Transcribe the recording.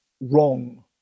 wrong